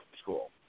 school